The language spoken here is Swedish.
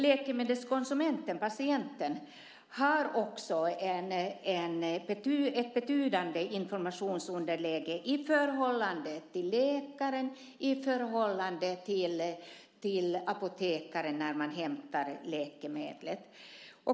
Läkemedelskonsumenten, patienten, har också ett betydande informationsunderläge i förhållande till läkaren och till apotekaren när man hämtar läkemedlet.